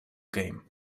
game